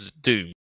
Doom